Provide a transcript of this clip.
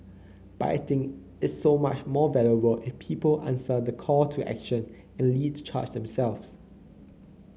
but I think it's so much more valuable if people answer the call to action and lead the charge themselves